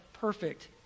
perfect